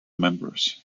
members